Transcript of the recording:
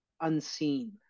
unseen